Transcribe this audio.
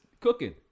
Cooking